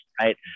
Right